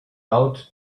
out